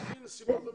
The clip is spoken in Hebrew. לפי נסיבות המקרה.